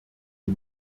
die